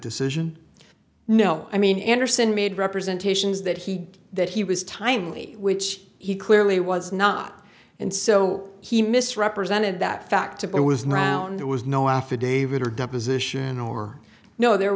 decision no i mean andersen made representations that he that he was timely which he clearly was not and so he misrepresented that fact it was not around there was no affidavit or deposition or no there